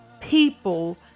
people